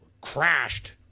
crashed